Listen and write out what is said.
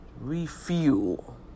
refuel